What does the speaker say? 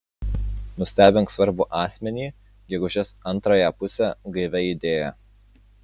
nustebink svarbų asmenį gegužės antrąją pusę gaivia idėja